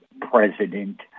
president